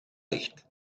ligt